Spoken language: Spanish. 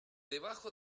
debajo